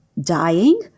dying